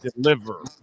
deliver